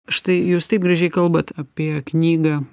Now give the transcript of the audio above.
štai jūs taip gražiai kalbat apie knygą